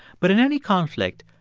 but in any conflict,